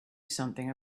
something